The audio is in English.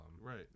Right